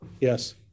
Yes